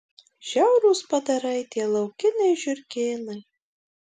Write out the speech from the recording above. žiaurūs padarai tie laukiniai žiurkėnai